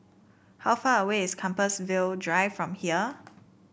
how far away is Compassvale Drive from here